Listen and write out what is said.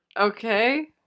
Okay